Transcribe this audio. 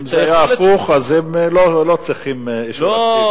אם זה היה הפוך אז הם לא צריכים אישור אקטיבי.